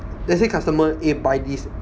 let's say customer uh buy this